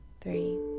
three